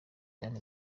ayandi